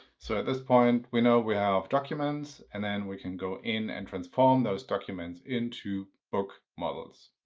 so at this point, we know we have documents. and then we can go in and transform those documents into book models.